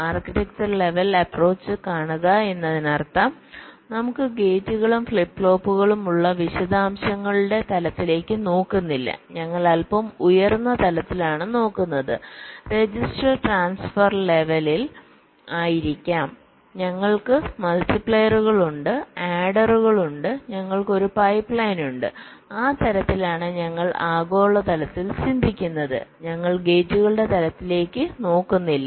architecture level approach കാണുക എന്നതിനർത്ഥം നമുക്ക് ഗേറ്റുകളും ഫ്ലിപ്പ് ഫ്ലോപ്പുകളും ഉള്ള വിശദാംശങ്ങളുടെ തലത്തിലേക്ക് നോക്കുന്നില്ല ഞങ്ങൾ അൽപ്പം ഉയർന്ന തലത്തിലാണ് നോക്കുന്നത് രജിസ്റ്റർ ട്രാൻസ്ഫർ ലെവലിൽ ആയിരിക്കാം ഞങ്ങൾക്ക് മൾട്ടിപ്ലയറുകൾ ഉണ്ട് ആഡറുകൾ ഉണ്ട് ഞങ്ങൾക്ക് ഒരു പൈപ്പ്ലൈൻ ഉണ്ട് ആ തലത്തിലാണ് ഞങ്ങൾ ആഗോളതലത്തിൽ ചിന്തിക്കുന്നത് ഞങ്ങൾ ഗേറ്റുകളുടെ തലത്തിലേക്ക് നോക്കുന്നില്ല